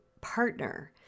partner